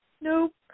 nope